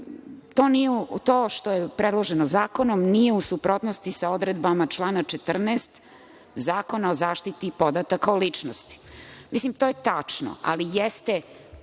to što je predloženo zakonom nije u suprotnosti sa odredbama člana 14. Zakona o zaštiti podataka o ličnosti. Mislim, to je tačno, ali jeste